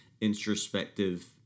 introspective